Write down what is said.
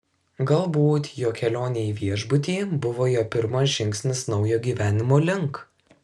galbūt jo kelionė į viešbutį buvo jo pirmas žingsnis naujo gyvenimo link